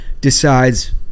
decides